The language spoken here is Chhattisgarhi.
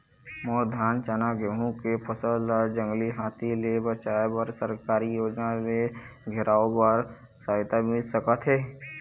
मोर धान चना गेहूं के फसल ला जंगली हाथी ले बचाए बर सरकारी योजना ले घेराओ बर सहायता मिल सका थे?